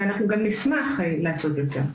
ואנחנו גם נשמח לעשות את זה.